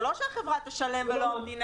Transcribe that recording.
זה לא שהחברה תשלם ולא המדינה.